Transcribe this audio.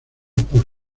por